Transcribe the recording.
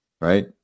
right